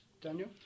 Daniel